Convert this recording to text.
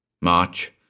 March